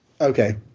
Okay